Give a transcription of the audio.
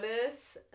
notice